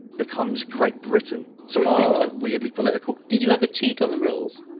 becomes! great britain, so it feels like weirdly political did you ever cheat on the rules?